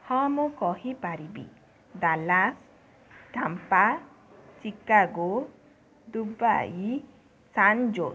ହଁ ମୁଁ କହିପାରିବି ଡାଲା ଢାମ୍ପା ଚିକାଗୋ ଦୁବାଇ ସାନଜୋ